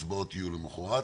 וההצבעות יהיו למחרת,